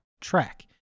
track